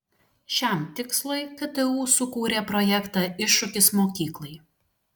šiam tikslui ktu sukūrė projektą iššūkis mokyklai